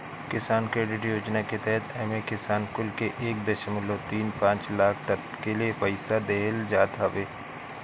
किसान क्रेडिट योजना के तहत एमे किसान कुल के एक दशमलव तीन पाँच लाख तकले पईसा देहल जात हवे